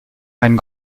ein